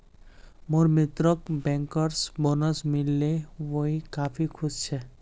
मोर मित्रक bankers bonus मिल ले वइ काफी खुश छ